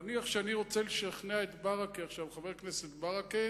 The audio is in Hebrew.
נניח שאני רוצה לשכנע את חבר הכנסת ברכה